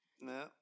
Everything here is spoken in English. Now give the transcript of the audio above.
No